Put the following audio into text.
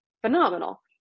phenomenal